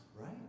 right